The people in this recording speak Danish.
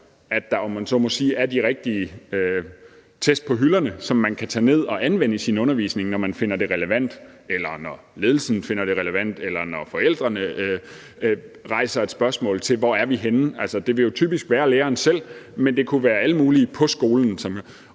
sige, er de rigtige test på hylderne, som man kan tage ned og anvende i sin undervisning, når man finder det relevant, eller når ledelsen finder det relevant, eller når forældrene stiller spørgsmål til, hvordan det går. Altså, det vil jo typisk være læreren selv, men det kunne være alle mulige på skolen.